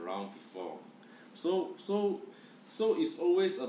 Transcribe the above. round before so so so is always a